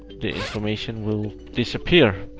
the information will disappear.